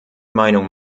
meinung